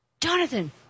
Jonathan